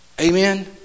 Amen